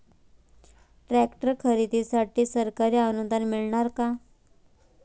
Tractor खरेदीसाठी सरकारी अनुदान मिळणार का?